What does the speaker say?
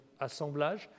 assemblage